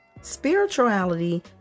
Spirituality